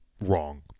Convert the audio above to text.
wrong